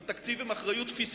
זה תקציב עם אחריות פיסקלית,